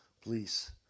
Please